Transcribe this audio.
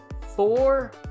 Four